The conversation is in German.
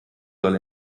soll